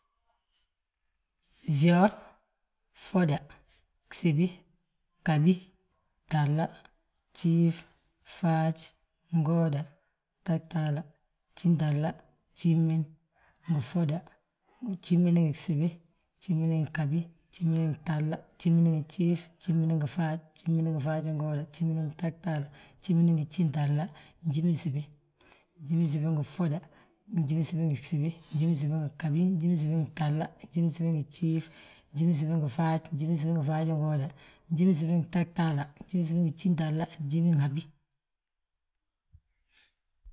fyoor, ffoda, gsibi, ghabi, gtahla, gjiif, faaj, ngooda, gtatahla, gjintahla gjimin, gjimin ngi ffoda, gjimin ngi gsibi, gjimin ngi ghabi, gjimin ngi gtahla, gjimin ngi gjiif, gjimin ngi faaj, gjimin ngi faajingooda, gjimin ngi gtatahla, gjimin ngi gjintahla, njiminsibi, njiminsibi ngi ffoda, njiminsibi ngi gsibi, njiminsibi ngi ghabi, njiminsibi ngi gtahla, njiminsibi ngi gjiif, njiminsibi ngi faaj, njiminsibi ngi faajingooda, njiminsibi ngi gtatahla, njiminsibi ngi gjintahla, njiminhabi,